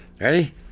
Ready